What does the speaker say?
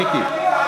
מיקי.